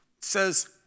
says